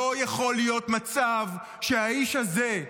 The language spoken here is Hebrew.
לא יכול להיות מצב שהאיש הזה,